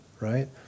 right